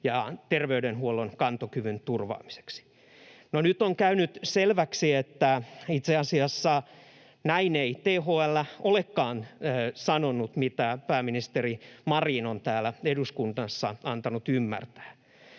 ja terveydenhuollon kantokyvyn turvaamiseksi. No nyt on käynyt selväksi, että itse asiassa näin ei THL olekaan sanonut, mitä pääministeri Marin on täällä eduskunnassa antanut ymmärtää.